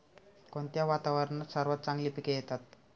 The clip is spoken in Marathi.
कोणत्या वातावरणात सर्वात चांगली पिके येतात?